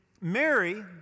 Mary